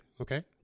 okay